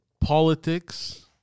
politics